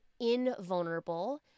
invulnerable